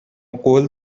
قول